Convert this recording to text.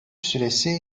süresi